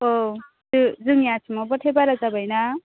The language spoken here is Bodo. औ जो जोंनि आसामावब्लाथाय बारा जाबाय ना